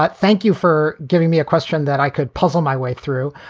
but thank you for giving me a question that i could puzzle my way through.